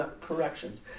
corrections